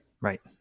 Right